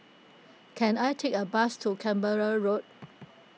can I take a bus to Canberra Road